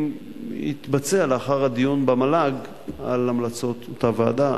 פרודוקטיבי לאחר הדיון במל"ג על המלצות אותה ועדה.